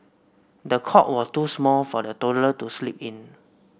the cot was too small for the toddler to sleep in